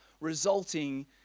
resulting